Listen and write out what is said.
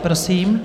Prosím.